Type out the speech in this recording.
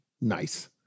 Nice